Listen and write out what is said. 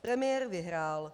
Premiér vyhrál.